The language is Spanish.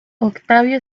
octavio